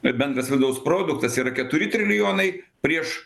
bendras vidaus produktas yra keturi trilijonai prieš